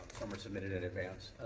someone submitted in advance.